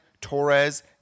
Torres